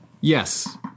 yes